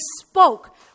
spoke